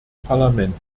parlament